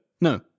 No